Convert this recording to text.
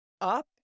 up